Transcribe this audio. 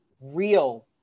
real